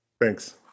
Thanks